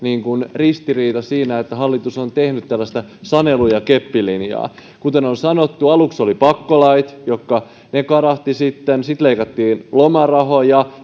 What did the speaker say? ristiriita siinä että hallitus on tehnyt tällaista sanelu ja keppilinjaa kuten on sanottu aluksi olivat pakkolait jotka karahtivat sitten leikattiin lomarahoja